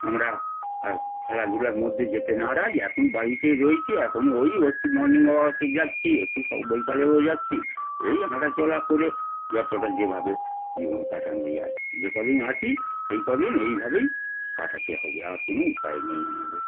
আমরা আর খেলাধুলার মধ্যে যেতে নারাজ এখন বাড়িতে রয়েছি এখন ওই একটু মর্নিং ওয়াকে যাচ্ছি একটু সব বিকালেও যাচ্ছি এই হাঁটা চলা করে যতটা যেভাবে জীবন কাটানো যায় যে কদিন আছি সেই কদিন এভাবেই কাটাতে হবে আর কোনো উপায় নেই আমাদের